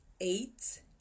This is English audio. Eight